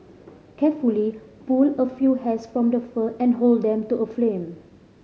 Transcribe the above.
carefully pull a few hairs from the fur and hold them to a flame